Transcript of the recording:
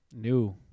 new